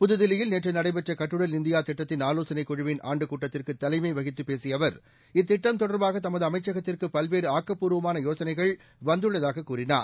புதுதில்லியில் நேற்று நடைபெற்ற கட்டுடல் இந்தியா திட்டத்தின் ஆலோசனை குழுவின் ஆண்டுக் கூட்டத்திற்கு தலைமை வகித்துப் பேசிய அவர் இத்திட்டம் தொடர்பாக தமது அமைச்சகத்திற்கு பல்வேறு ஆக்கப்பூர்வமான யோசனைகள் வந்துள்ளதாக கூறினார்